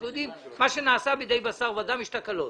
אנחנו יודעים שמה שנעשה בידי בשר ודם, יש תקלות.